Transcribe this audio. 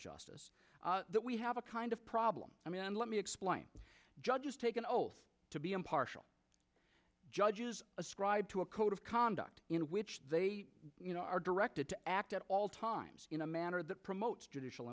justice that we have a kind of problem i mean and let me explain judges take an oath to be impartial judges ascribe to a code of conduct in which they are directed to act at all times in a manner that promotes judicial